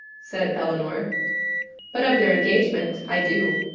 said elinor but of their engagement i do.